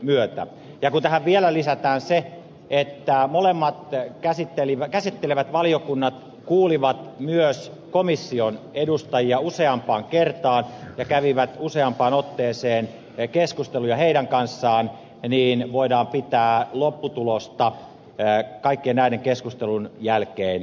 ja kun tähän vielä lisätään se että molemmat käsittelevät valiokunnat kuulivat myös komission edustajia useampaan kertaan ja kävivät useampaan otteeseen keskusteluja heidän kanssaan niin voidaan pitää lopputulosta kaikkien näiden keskustelujen jälkeen hyvänä